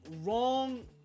wrong